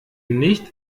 nicht